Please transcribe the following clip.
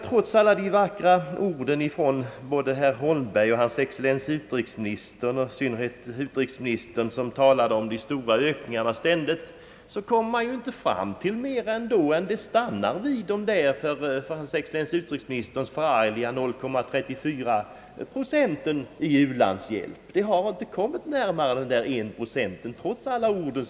Trots alla de vackra orden ifrån herr Holmberg och hans excellens utrikesministern, i synnerhet den senare som talade om de ständigt stora ökningarna, kommer man ändå inte ifrån att det stannar vid 0,34 procent i u-landshjälp. Vi har inte kommit närmare de 1 procenten, trots alla orden.